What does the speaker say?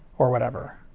or whatever.